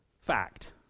Fact